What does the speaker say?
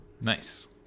Nice